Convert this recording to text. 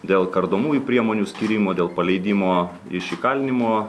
dėl kardomųjų priemonių skyrimo dėl paleidimo iš įkalinimo